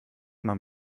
man